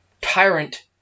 tyrant